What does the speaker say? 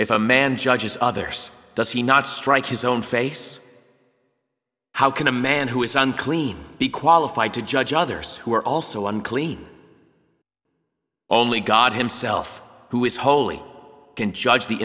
if a man judges others does he not strike his own face how can a man who is unclean be qualified to judge others who are also unclean only god himself who is holy can judge the